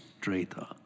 traitor